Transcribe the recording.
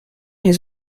his